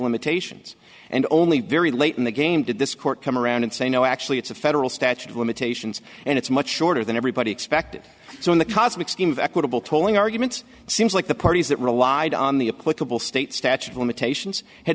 limitations and only very late in the game did this court come around and say no actually it's a federal statute of limitations and it's much shorter than everybody expected so in the cosmic scheme of equitable tolling arguments seems like the parties that relied on the a political state statute of limitations h